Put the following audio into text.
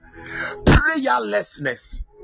Prayerlessness